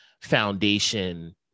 foundation